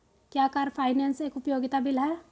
क्या car finance एक उपयोगिता बिल है?